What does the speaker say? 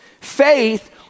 Faith